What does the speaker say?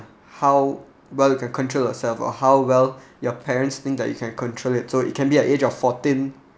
how well you can control yourself or how well your parents think that you can control it so it can be a age of fourteen